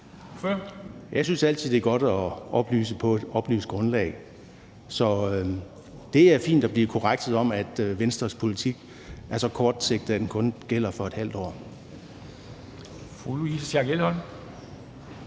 Jeg synes altid, det er godt at oplyse på et oplyst grundlag. Så det er fint at blive korrekset om, at Venstres politik er så kortsigtet, at den kun gælder for et halvt år.